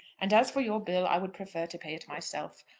and as for your bill, i would prefer to pay it myself.